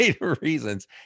reasons